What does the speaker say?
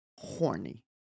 Horny